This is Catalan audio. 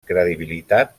credibilitat